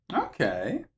Okay